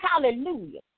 Hallelujah